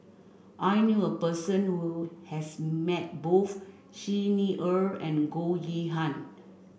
I knew a person who has met both Xi Ni Er and Goh Yihan